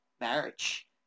marriage